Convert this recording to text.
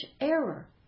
error